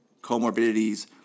comorbidities